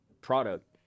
product